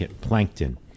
Plankton